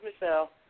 Michelle